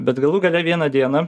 bet galų gale vieną dieną